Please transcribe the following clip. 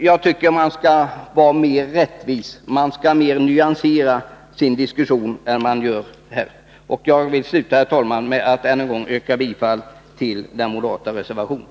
Jag tycker att man skall vara mer rättvis och nyansera sin diskussion mer än som görs här. Jag vill sluta, herr talman, med att än en gång yrka bifall till den moderata reservationen.